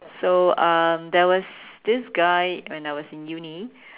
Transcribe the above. so um there was this guy when I was in uni